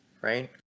right